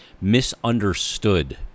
misunderstood